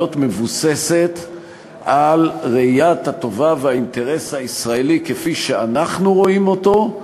מבוססת על ראיית הטובה והאינטרס הישראלי כפי שאנחנו רואים אותם,